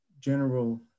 general